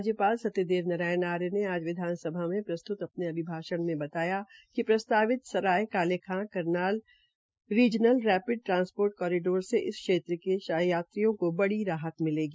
राज्यपाल सत्यदेव नारायण आर्य ने आज विधानसभा में प्रस्तुत अपने अभिभाषण में बताया कि प्रस्तावित Sarai Kale Khan Karnal regional rapid transit corridor से इस क्षेत्र के मंत्रियों को बड़ी राहत मिलेगी